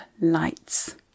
lights